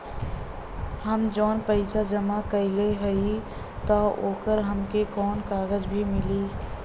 हम जवन पैसा जमा कइले हई त ओकर हमके कौनो कागज भी मिली?